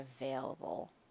available